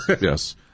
Yes